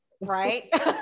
right